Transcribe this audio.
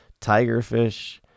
tigerfish